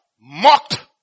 mocked